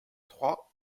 trois